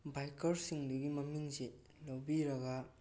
biker ꯁꯤꯡꯗꯨꯒꯤ ꯃꯃꯤꯡꯁꯦ ꯂꯧꯕꯤꯔꯒ